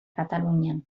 katalunian